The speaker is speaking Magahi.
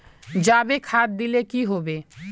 जाबे खाद दिले की होबे?